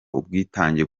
ubwitange